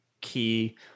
key